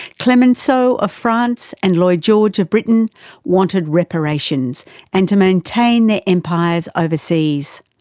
clemenceau of france and lloyd george of britain wanted reparations and to maintain their empires overseas.